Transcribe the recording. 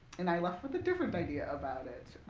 and i left with a different idea about it,